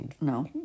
No